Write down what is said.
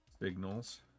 signals